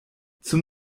zum